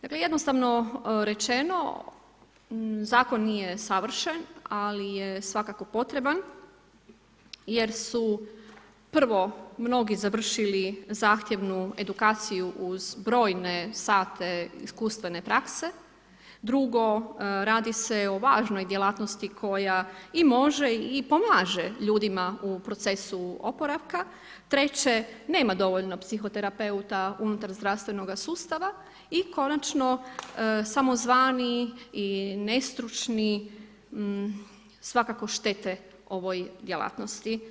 Dakle, jednostavno rečeno, zakon nije savršen, ali je svakako potreban, jer su prvo, mnogi završili zahtjevnu edukaciju, uz brojne sate iskustvene prakse, drugo, radi se o lažnoj djelatnosti koja i može i pomaže ljudima u procesu oporavka, treće nema dovoljno psihoterapeuta unutar zdravstvenoga sustava i konačno, samozvani i nestručni, svakako štete ovoj djelatnosti.